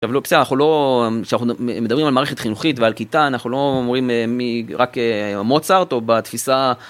בסדר, אנחנו לא, כשאנחנו מדברים על מערכת חינוכית ועל כיתה, אנחנו לא אומרים מי, רק מוצרט או בתפיסה.